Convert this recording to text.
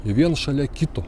viens šalia kito